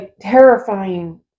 terrifying